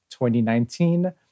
2019